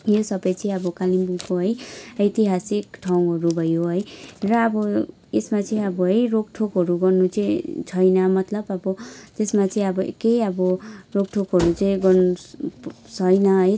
यी सबै चाहिँ अब कालेबुङको है ऐतिहासिक ठाउँहरू भयो है र अब यसमा चाहिँ अब है रोक टोकहरू गर्नु चाहिँ छैन मतलब अब तेसमा चाहिँ अब केही अब रोक टोकहरू चाहिँ गर्नु छैन है